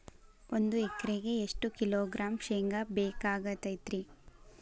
ಒಂದು ಎಕರೆಗೆ ಎಷ್ಟು ಕಿಲೋಗ್ರಾಂ ಶೇಂಗಾ ಬೇಕಾಗತೈತ್ರಿ?